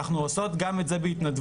אנחנו עושות גם את זה בהתנדבות.